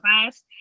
class